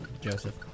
Joseph